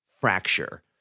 fracture